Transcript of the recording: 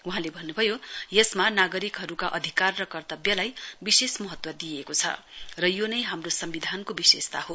वहाँले भन्नुभयो यसमा नागरिकहरुका अधिकार र कर्तब्यलाई विशेष महत्व दिइएको छ र यो नै हाम्रो सम्विधानको विशेषता हो